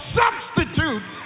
substitute